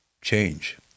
change